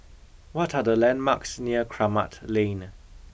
what are the landmarks near Kramat Lane